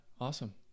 Awesome